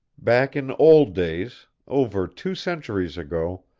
back in old days, over two centuries ago,